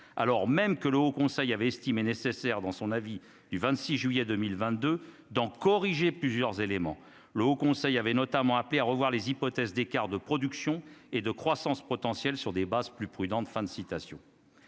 alors même que le Haut conseil avait estimé nécessaire dans son avis du 26 juillet 2022 dans corriger plusieurs éléments, le Haut Conseil avait notamment appelé à revoir les hypothèses d'écart de production et de croissance potentielle sur des bases plus prudente,